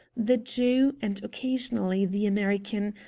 the jew, and occasionally the american,